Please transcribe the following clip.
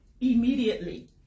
immediately